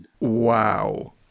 Wow